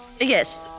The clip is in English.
Yes